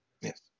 Yes